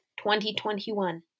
2021